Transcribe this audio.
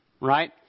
right